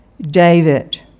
David